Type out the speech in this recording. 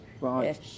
right